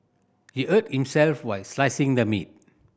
he hurt himself while slicing the meat